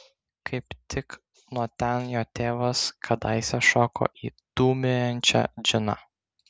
kaip tik nuo ten jo tėvas kadaise šoko į dūmijančią džiną